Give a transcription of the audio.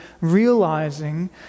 realizing